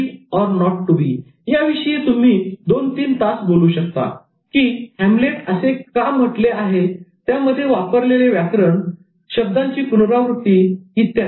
" "To be or not to be" याविषयी तुम्ही 2 3 तास बोलू शकता की हॅम्लेट असे का म्हटले आणि त्यामध्ये वापरलेले व्याकरण शब्दांची पुनरावृत्ती इत्यादी